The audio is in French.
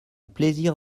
plaisir